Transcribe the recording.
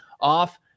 off